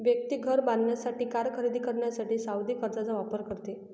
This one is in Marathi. व्यक्ती घर बांधण्यासाठी, कार खरेदी करण्यासाठी सावधि कर्जचा वापर करते